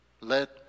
let